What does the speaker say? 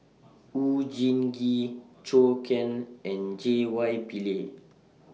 Oon Jin Gee Zhou Can and J Y Pillay